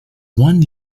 one